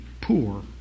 poor